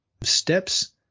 steps